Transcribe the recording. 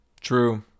True